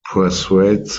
persuades